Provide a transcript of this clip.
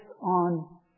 on